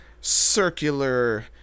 circular